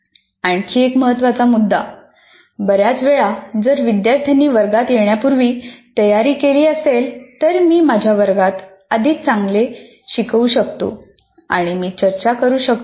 आणखी एक महत्त्वाचा मुद्दाः बर्याच वेळा जर विद्यार्थ्यांनी वर्गात येण्यापूर्वी तयारी केली असेल तर मी माझ्या वर्गात अधिक चांगले शिकवू शकतो आणि मी चर्चा सुरू करू शकतो